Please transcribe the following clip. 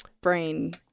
brain